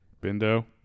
Bindo